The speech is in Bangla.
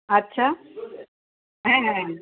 আচ্ছা হ্যাঁ হ্যাঁ হ্যাঁ হ্যাঁ